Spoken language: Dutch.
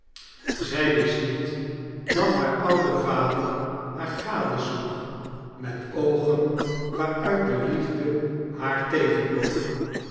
zij wist niet dat haar oude vader haar gadesloeg met oogen waasuit de liefde haar